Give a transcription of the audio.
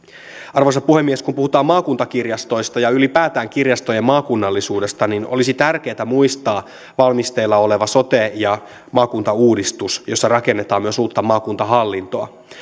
arvoisa puhemies kun puhutaan maakuntakirjastoista ja ylipäätään kirjastojen maakunnallisuudesta niin olisi tärkeätä muistaa valmisteilla oleva sote ja maakuntauudistus jossa rakennetaan myös uutta maakuntahallintoa